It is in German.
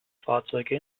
fahrzeuge